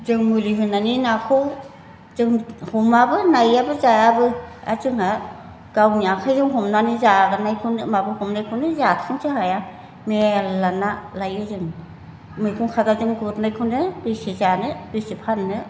जों मुलि होनानै नाखौ जों हमाबो नायाबो जायाबो आरो जोंहा गावनि आखाइजों हमनानै जानायखौनो माबा हमनायखौनो जाख'नोसो हाया मेरला ना लायो जों मैगं खादाजों गुरनायखौनो बेसे जानो बेसे फाननो